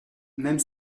même